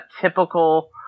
typical